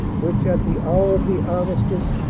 which, at the hour of the armistice,